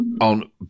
on